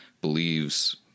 believes